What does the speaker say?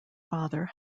father